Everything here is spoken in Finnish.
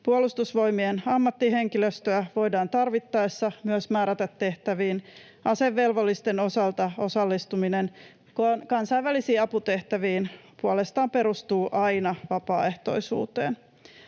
Puolustusvoimien ammattihenkilöstöä voidaan tarvittaessa myös määrätä tehtäviin. Asevelvollisten osalta osallistuminen kansainvälisiin aputehtäviin puolestaan perustuu aina vapaaehtoisuuteen.